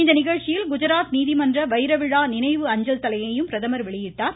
இந்நிகழ்ச்சியில் குஜராத் நீதிமன்ற வைரவிழா நினைவு அஞ்சல் தலையையும் பிரதமர் வெளியிட்டார்